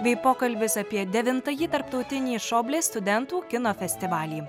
bei pokalbis apie devintąjį tarptautinį šoblė studentų kino festivalį